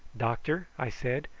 doctor, i said,